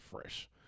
fresh